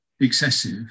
excessive